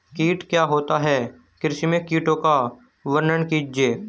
कीट क्या होता है कृषि में कीटों का वर्णन कीजिए?